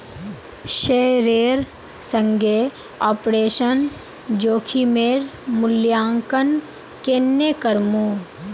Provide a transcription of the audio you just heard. शेयरेर संगे ऑपरेशन जोखिमेर मूल्यांकन केन्ने करमू